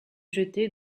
jeter